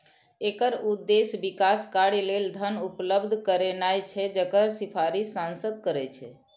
एकर उद्देश्य विकास कार्य लेल धन उपलब्ध करेनाय छै, जकर सिफारिश सांसद करै छै